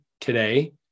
today